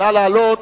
נא לעלות.